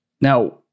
Now